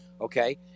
Okay